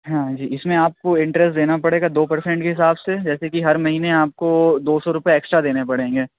ہاں جی اِس میں آپ کو انٹرسٹ دینا پڑے گا دو پرسنٹ کے حساب سے جیسے کہ ہر مہینے آپ کو دو سو روپیے ایکسٹرا دینے پڑیں گے